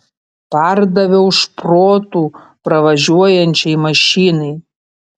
pardaviau šprotų pravažiuojančiai mašinai